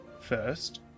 First